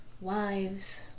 wives